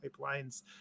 pipelines